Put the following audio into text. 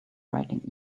writing